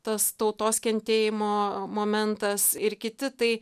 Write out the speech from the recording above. tas tautos kentėjimo momentas ir kiti tai